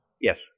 yes